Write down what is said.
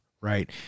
right